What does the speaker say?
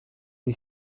gli